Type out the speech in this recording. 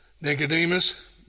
Nicodemus